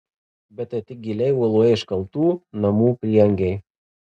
bet tai tik giliai uoloje iškaltų namų prieangiai